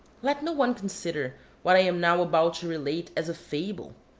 let no one consider what i am now about to relate as a feble,